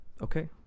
Okay